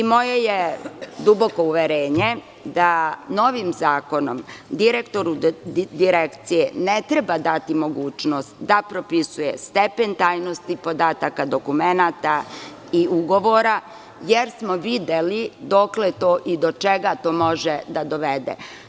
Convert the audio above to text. Moje je duboko uverenje da novim zakonom direktoru Direkcije ne treba dati mogućnost da propisuje stepen tajnosti podataka, dokumenata i ugovora, jer smo videli dokle i do čega to može da dovede.